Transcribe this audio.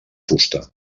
fusta